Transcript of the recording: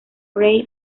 fray